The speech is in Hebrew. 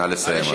נא לסיים,